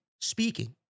speaking